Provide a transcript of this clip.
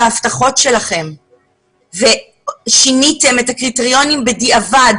ההבטחות שלכם אבל שיניתם את הקריטריונים בדיעבד,